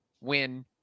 win